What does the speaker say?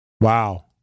Wow